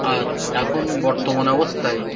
আর এখন বর্তমান অবস্থায়